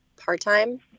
part-time